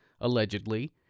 allegedly